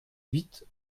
huit